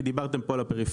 כי דיברתם פה על הפריפריה.